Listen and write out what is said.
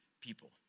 people